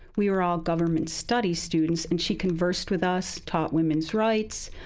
we were all government studies students and she conversed with us, taught women's rights,